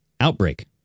Outbreak